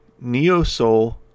neo-soul